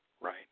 right